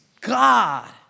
God